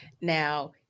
Now